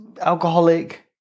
alcoholic